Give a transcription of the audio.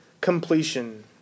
completion